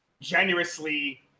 generously